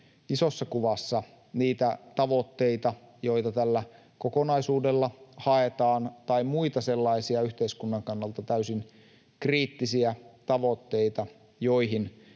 isossa kuvassa niitä tavoitteita, joita tällä kokonaisuudella haetaan, tai muita sellaisia yhteiskunnan kannalta täysin kriittisiä tavoitteita, joihin